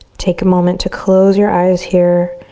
take a moment to close your eyes here.